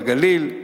בגליל,